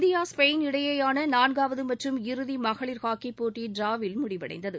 India Spain இடையேயான நான்காவது மற்றும் இறுதி மகளிர் ஹாக்கி போட்டி ட்ராவில் முடிவடைந்தது